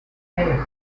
hey